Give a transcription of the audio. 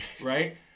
Right